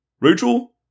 Rachel